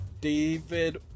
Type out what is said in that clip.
David